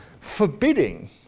forbidding